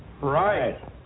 Right